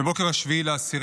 בבוקר 7 באוקטובר,